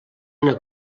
una